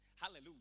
Hallelujah